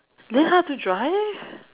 learn how to drive